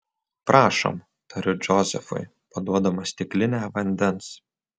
prašom tariu džozefui paduodama stiklinę vandens